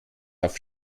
auf